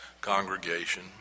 congregation